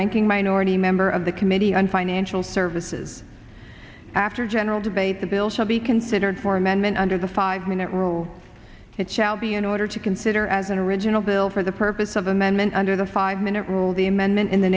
ranking minority member of the committee on financial services after general debate the bill shall be considered for amendment under the five minute rule it shall be in order to consider as an original bill for the purpose of amendment under the five minute rule the amendment in the